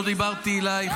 לא דיברתי אלייך,